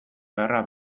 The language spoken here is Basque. beharra